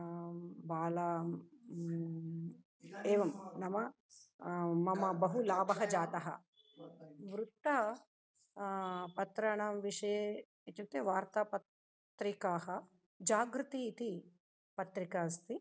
बालां एवं नाम मम बहु लाभः जातः वृत्ता पत्राणां विषये इत्युक्ते वार्ता पत्रिकाः जागृति इति पत्रिका अस्ति